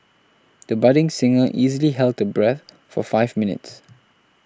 the budding singer easily held her breath for five minutes